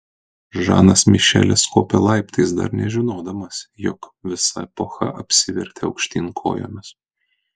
žanas mišelis kopė laiptais dar nežinodamas jog visa epocha apsivertė aukštyn kojomis